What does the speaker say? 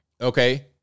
Okay